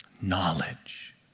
Knowledge